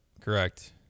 Correct